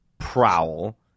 prowl